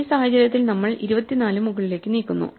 ഈ സാഹചര്യത്തിൽ നമ്മൾ 24 മുകളിലേക്ക് നീക്കുന്നു